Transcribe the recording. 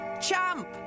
Champ